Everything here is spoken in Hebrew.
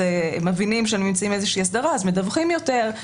אז מבינים שהם נמצאים באיזושהי הסדרה אז מדווחים יותר.